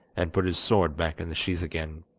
and put his sword back in the sheath again.